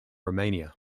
romania